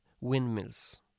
windmills